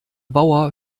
bauer